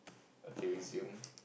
okay resume